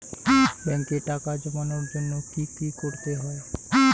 ব্যাংকে টাকা জমানোর জন্য কি কি করতে হয়?